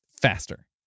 faster